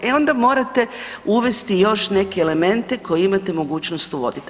E onda morate uvesti još neke elemente koje imate mogućnost uvodit.